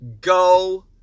go